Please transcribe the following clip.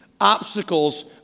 Obstacles